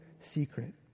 secret